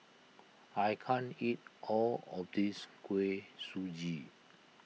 I can't eat all of this Kuih Suji